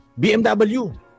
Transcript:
BMW